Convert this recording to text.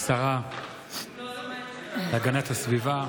השרה להגנת הסביבה,